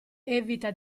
evita